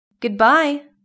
Goodbye